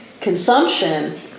consumption